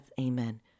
Amen